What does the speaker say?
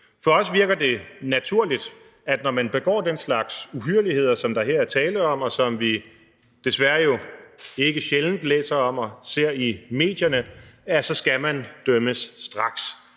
For os virker det naturligt, at når man begår den slags uhyrligheder, som der her er tale om, og som vi jo desværre ikke sjældent læser om eller ser i medierne, så skal man dømmes straks.